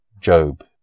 Job